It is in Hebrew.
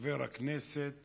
חבר הכנסת